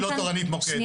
היא לא תורנית מוקד.